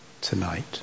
tonight